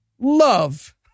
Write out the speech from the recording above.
Love